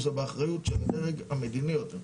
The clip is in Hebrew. יש משהו שזה באחריות של הדרג המדיני יותר.